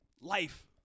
life